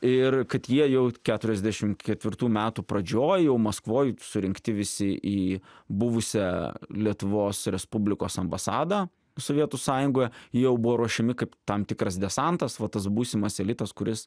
ir kad jie jau keturiasdešimt ketvirtų metų pradžioj jau maskvoj surinkti visi į buvusią lietuvos respublikos ambasadą sovietų sąjungoe jau buvo ruošiami kaip tam tikras desantas va tas būsimas elitas kuris